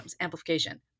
amplification